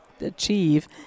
achieve